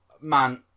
man